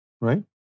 right